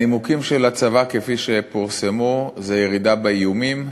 הנימוקים של הצבא, כפי שפורסמו, הם ירידה באיומים,